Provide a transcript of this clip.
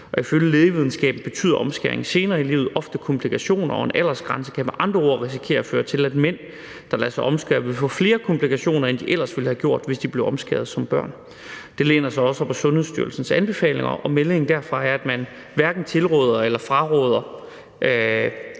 Ifølge lægevidenskaben betyder omskæring senere i livet ofte komplikationer, og en aldersgrænse kan med andre ord risikere at føre til, at mænd, der lader sig omskære, vil få flere komplikationer, end de ellers ville have fået, hvis de blev omskåret som børn. Det læner sig også op ad Sundhedsstyrelsens anbefalinger, og meldingen derfra er, at man hverken tilråder eller fraråder